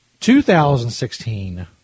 2016